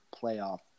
playoff